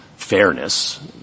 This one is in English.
fairness